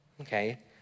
Okay